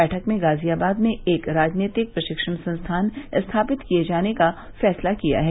बैठक में गाजियाबाद में एक राजनैतिक प्रशिक्षण संस्थान स्थापित किये जाने का फैसला किया है